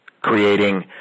creating